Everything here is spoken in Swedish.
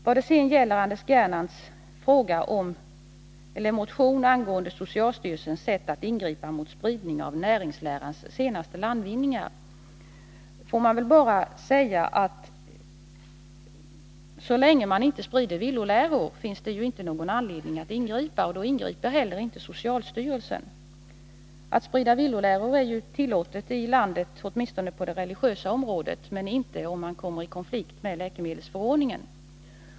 Vad det sedan gäller Anders Gernandts motion angående socialstyrelsens sätt att ingripa mot spridning av näringslärans senaste landvinningar, får man väl bara säga att så länge det inte sprids villoläror finns det ju ingen anledning att ingripa, och då ingriper inte heller socialstyrelsen. Att sprida villoläror är ju tillåtet i landet, åtminstone på det religiösa området, men inte om man kommer i konflikt med läkemedelsförordningen.